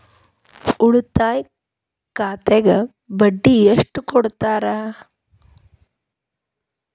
ಉಳಿತಾಯ ಖಾತೆಗೆ ಬಡ್ಡಿ ಎಷ್ಟು ಕೊಡ್ತಾರ?